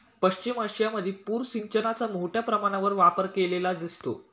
पश्चिम आशियामध्ये पूर सिंचनाचा मोठ्या प्रमाणावर वापर केलेला दिसतो